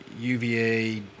UVA